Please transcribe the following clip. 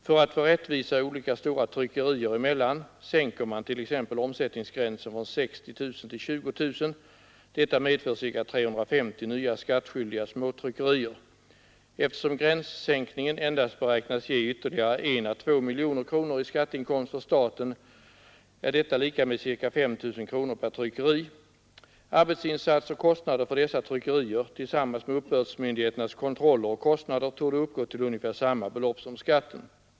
För att få rättvisa olika stora tryckerier emellan sänker man t.ex. omsättningsgränsen från 60 000 till 20 000 kronor. Detta medför cirka 350 nya skattskyldiga småtryckerier. Eftersom gränssänkningen endast beräknas ge ytterligare 1 ä 2 miljoner kronor i skatteinkomst för staten är detta lika med cirka 5 000 kronor per tryckeri. Arbetsinsats och kostnader på dessa tryckerier tillsammans med uppbördsmyndigheternas kontroller och kostnader torde uppgå till ungefär samma belopp som skatten.